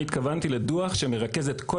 ואני התכוונתי לדו"ח שמרכז את כל